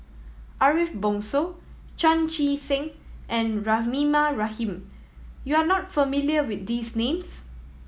Ariff Bongso Chan Chee Seng and Rahimah Rahim you are not familiar with these names